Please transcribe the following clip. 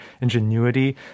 ingenuity